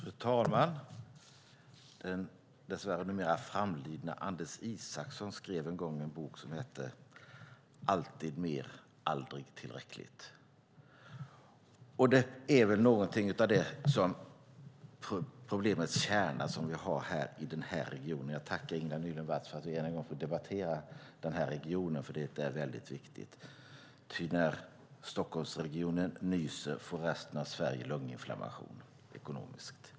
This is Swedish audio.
Fru talman! Den dess värre numera framlidna Anders Isaksson skrev en gång en bok som hette Alltid mer, aldrig nog . Det är väl något av det som är kärnan i det problem som vi har i den här regionen. Jag tackar Ingela Nylund Watz för att vi än en gång får debattera den här regionen, för det är viktigt, ty när Stockholmsregionen nyser får resten av Sverige lunginflammation ekonomiskt.